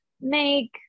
make